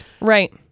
Right